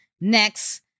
Next